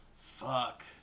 Fuck